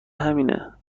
همینه